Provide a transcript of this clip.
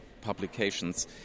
publications